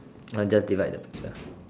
just divide the picture